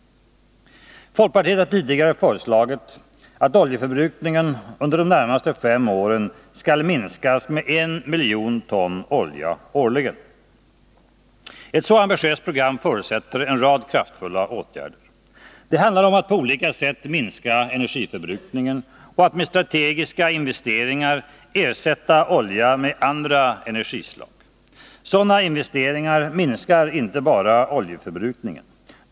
Folkpartiet har tidigare föreslagit att oljeförbrukningen under de närmaste fem åren skall minskas med 1 miljon ton olja årligen. Ett så ambitiöst program förutsätter en rad kraftfulla åtgärder. Det handlar om att på olika sätt minska energiförbrukningen och att med strategiska investeringar ersätta olja med andra energislag. Sådana investeringar minskar inte bara oljeförbrukningen.